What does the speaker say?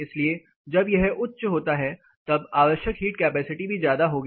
इसलिए जब यह उच्च होता है तब आवश्यक हीट कैपेसिटी भी ज्यादा होगी